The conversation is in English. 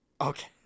Okay